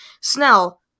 Snell